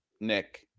Nick